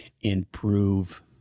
improve